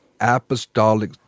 apostolic